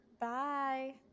bye